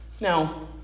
Now